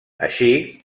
així